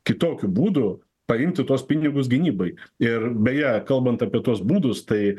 kitokių būdų paimti tuos pinigus gynybai ir beje kalbant apie tuos būdus tai